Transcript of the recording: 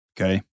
Okay